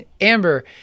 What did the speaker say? Amber